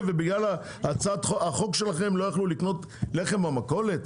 ובגלל הצעת החוק שלכם הם לא יכלו לקנות לחם במכולת?